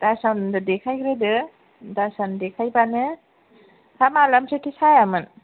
दास सारनो देखायग्रोदो दास सारनो देखायबानो हा मालानिफ्रायथो सायामोन